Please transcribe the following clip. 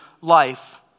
life